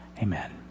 Amen